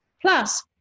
Plus